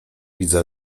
widzę